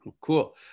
Cool